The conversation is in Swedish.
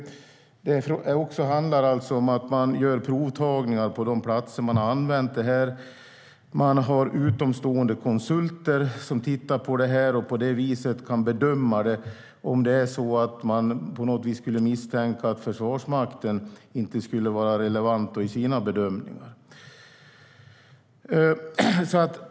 Provtagningar görs på de platser där detta har använts, och utomstående konsulter tittar på det och kan bedöma om det på något vis skulle kunna misstänkas att Försvarsmakten inte skulle vara relevant i sina bedömningar.